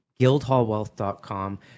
guildhallwealth.com